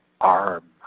arm